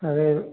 अरे